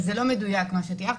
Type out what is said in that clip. אז זה לא מדויק מה שתיארת.